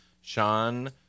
Sean